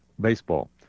baseball